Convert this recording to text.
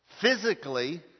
physically